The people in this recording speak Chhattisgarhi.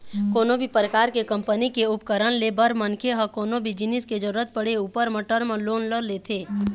कोनो भी परकार के कंपनी के उपकरन ले बर मनखे ह कोनो भी जिनिस के जरुरत पड़े ऊपर म टर्म लोन ल लेथे